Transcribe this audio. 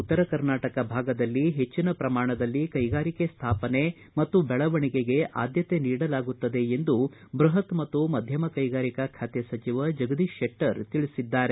ಉತ್ತರ ಕರ್ನಾಟಕ ಭಾಗದಲ್ಲಿ ಹೆಚ್ಚಿನ ಪ್ರಮಾಣದಲ್ಲಿ ಕೈಗಾರಿಕೆ ಸ್ಥಾಪನೆ ಮತ್ತು ಬೆಳವಣಿಗೆಗೆ ಆದ್ಯತೆ ನೀಡಲಾಗುತ್ತದೆ ಎಂದು ಬೃಹತ್ ಮತ್ತು ಮಧ್ಯಮ ಕೈಗಾರಿಕೆ ಖಾತೆ ಸಚಿವ ಜಗದೀಶ್ ಶೆಟ್ಟರ್ ತಿಳಿಸಿದ್ದಾರೆ